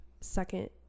second